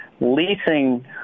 leasing